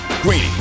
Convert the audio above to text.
Greeny